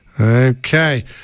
Okay